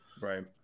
Right